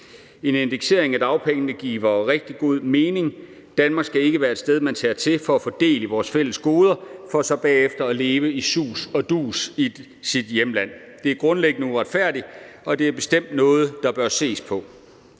En indeksering af dagpengene giver rigtig god mening. Danmark skal ikke være et sted, man tager til for at få del i vores fælles goder for så bagefter at leve i sus og dus i sit hjemland. Det er grundlæggende uretfærdigt, og det er bestemt noget, der bør ses på.